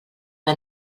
que